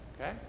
Okay